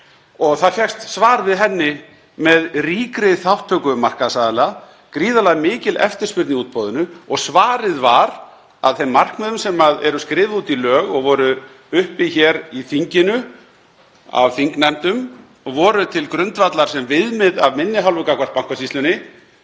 Það fékkst svar við henni með ríkri þátttöku markaðsaðila, gríðarlega mikilli eftirspurn í útboðinu og svarið var að þeim markmiðum sem eru skrifuð út í lög og voru uppi hér í þinginu af þingnefndum og voru til grundvallar sem viðmið af minni hálfu gagnvart Bankasýslunni